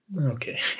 Okay